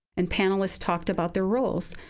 and panelists talked about their roles.